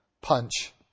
punch